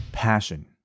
passion